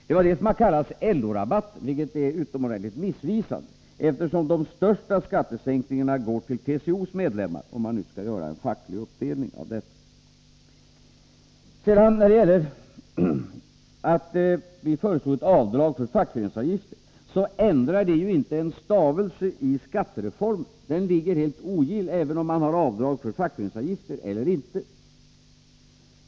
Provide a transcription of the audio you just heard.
Det är detta som har kallats LO-rabatten, vilket är utomordentligt missvisande, eftersom de största skattesänkningarna går till TCO:s medlemmar — om man nu skall göra en facklig uppdelning av detta. Att vi föreslog ett avdrag för fackföreningsavgifter ändrade ju inte en stavelse i skattereformen. Den ligger helt ogill oavsett om man har avdrag för fackföreningsavgifter eller inte.